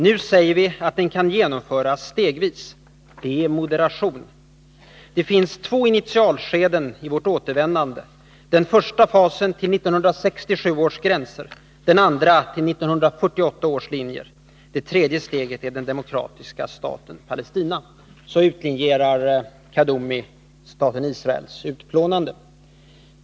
Nu säger vi att den kan genomföras stegvis. Det är moderation ———. Det finns två initialskeden i vårt återvändande: den första fasen till 1967 års gränser, den andra till 1948 års linjer ———. Det tredje steget är den demokratiska staten Palestina”. Så beskriver Kaddoumi staten Israels utplånande.